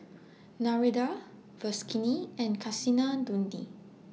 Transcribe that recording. Narendra and Kasinadhuni